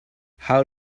how